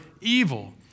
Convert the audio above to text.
evil